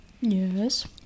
Yes